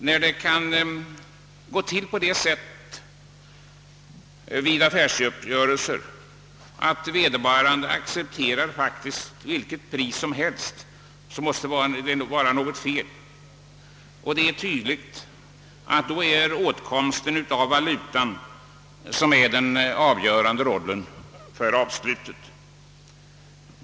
När det kan gå till på det sättet vid affärsuppgörelser att vederbörande accepterar vilket pris som helst måste det vara något fel; tydligen är det åtkomsten av valuta som spelar den avgörande rollen för avslutet.